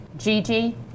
Gigi